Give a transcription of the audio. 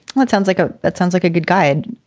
well, it sounds like ah that sounds like a good guide.